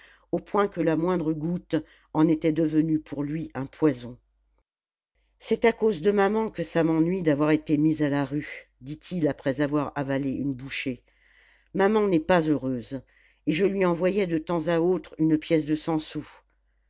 au point que la moindre goutte en était devenue pour lui un poison c'est à cause de maman que ça m'ennuie d'avoir été mis à la rue dit-il après avoir avalé une bouchée maman n'est pas heureuse et je lui envoyais de temps à autre une pièce de cent sous